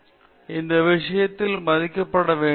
எனவே இந்த விஷயங்களை மதிக்க வேண்டும்